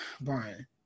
Brian